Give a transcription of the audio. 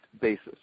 basis